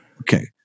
okay